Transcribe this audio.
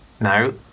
No